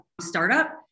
startup